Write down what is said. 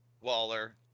Waller